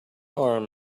arm